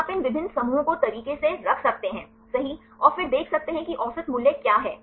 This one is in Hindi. तो आप इन विभिन्न समूहों को तरीके से रख सकते हैं सही और फिर देख सकते हैं कि औसत मूल्य क्या है